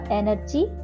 energy